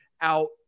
out